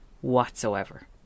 whatsoever